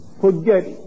Forget